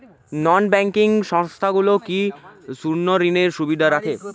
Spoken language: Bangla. নন ব্যাঙ্কিং সংস্থাগুলো কি স্বর্ণঋণের সুবিধা রাখে?